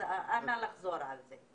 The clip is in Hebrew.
זו סוגיה שהיא רגישה, אבל אני אבחן אותה שוב.